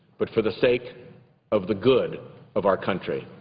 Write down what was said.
but for the sake of the good of our country.